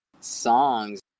songs